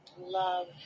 love